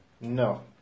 No